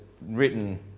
written